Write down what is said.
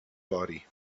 body